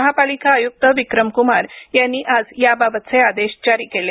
महापालिका आयुक्त विक्रम कुमार यांनी आज याबाबतचे आदेश जारी केले